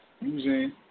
using